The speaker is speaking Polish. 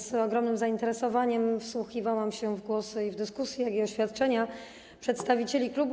Z ogromnym zainteresowaniem wsłuchiwałam się w głosy, w dyskusję i oświadczenia przedstawicieli klubów.